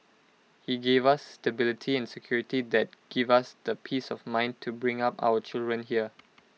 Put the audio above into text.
he gave us stability and security that give us the peace of mind to bring up our children here